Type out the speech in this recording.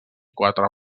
quatre